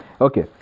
okay